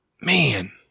Man